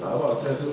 rabak sia tu